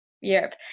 Europe